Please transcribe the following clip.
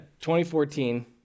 2014